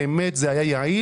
והאם באמת זה היה יעיל?